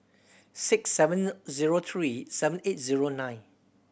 six seven zero three seven eight zero nine